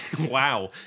Wow